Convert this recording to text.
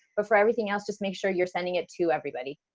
but for everything else, just make sure you're sending it to everybody.